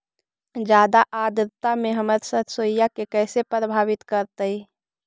जादा आद्रता में हमर सरसोईय के कैसे प्रभावित करतई?